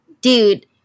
dude